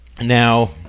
Now